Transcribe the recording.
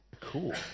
Cool